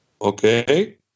Okay